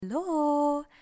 Hello